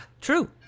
true